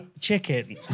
chicken